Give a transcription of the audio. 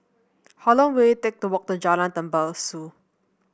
how long will it take to walk to Jalan Tembusu